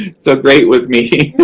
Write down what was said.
so great with me.